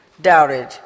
doubted